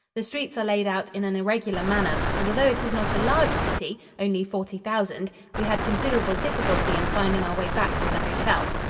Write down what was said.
the streets are laid out in an irregular manner, and although it is not a large city only forty thousand we had considerable difficulty in finding our way back to the hotel.